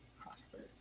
prosperous